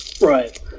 Right